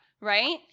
right